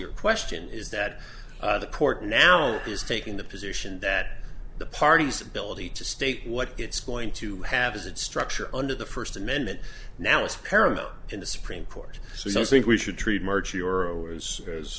your question is that the court now is taking the position that the parties ability to state what it's going to have as its structure under the first amendment now is paramount in the supreme court so i don't think we should treat mirch